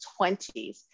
20s